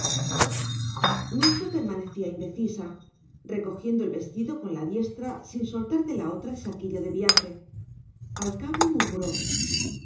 nucha permanecía indecisa recogiendo el vestido con la diestra sin soltar de la otra el saquillo de viaje al cabo murmuró